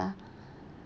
ya